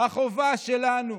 החובה שלנו,